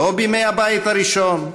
לא בימי הבית הראשון,